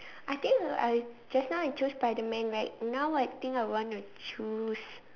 I think I just now I chose by the man right now I think I want to choose